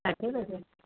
अचो था पोइ